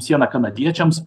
sieną kanadiečiams